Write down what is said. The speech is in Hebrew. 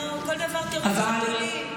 נו, כל דבר, תירוץ החתולים?